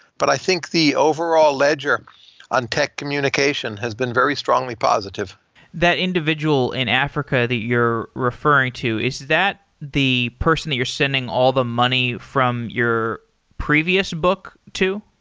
but i think the overall ledger on tech communication has been very strongly positive that individual in africa the you're referring to, is that the person that you're sending all the money from your previous book too?